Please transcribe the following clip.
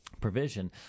provision